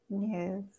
Yes